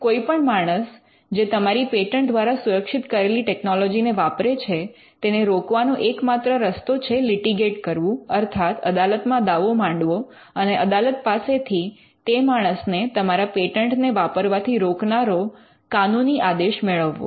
કોઈ પણ માણસ જે તમારી પેટન્ટ દ્વારા સુરક્ષિત કરેલી ટેકનોલોજી ને વાપરે છે તેને રોકવાનો એક માત્ર રસ્તો છે લિટિગેટ કરવું અર્થાત અદાલતમાં દાવો માંડવો અને અદાલત પાસેથી તે માણસને તમારા પેટન્ટને વાપરવાથી રોકનારો કાનૂની આદેશ મેળવવો